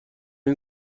این